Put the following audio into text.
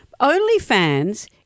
OnlyFans